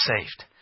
saved